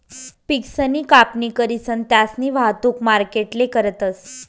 पिकसनी कापणी करीसन त्यास्नी वाहतुक मार्केटले करतस